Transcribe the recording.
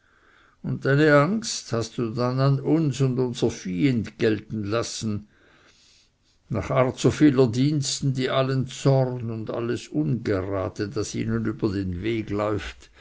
und deine angst hast du dann uns und unser vieh entgelten lassen nach art so vieler diensten die allen zorn und alles ungerade das ihnen über den weg läuft